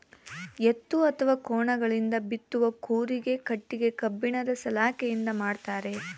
ಎತ್ತು ಅಥವಾ ಕೋಣಗಳಿಂದ ಬಿತ್ತುವ ಕೂರಿಗೆ ಕಟ್ಟಿಗೆ ಕಬ್ಬಿಣದ ಸಲಾಕೆಯಿಂದ ಮಾಡ್ತಾರೆ